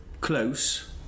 close